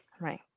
Right